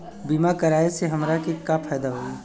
बीमा कराए से हमरा के का फायदा होई?